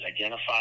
identified